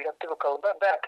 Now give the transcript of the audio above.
lietuvių kalba bet